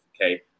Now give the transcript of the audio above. Okay